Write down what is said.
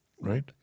right